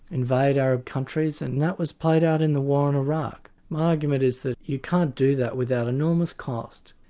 invade arab countries, and that was played out in the war on iraq. my argument is that you can't do that without enormous cost,